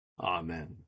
Amen